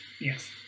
yes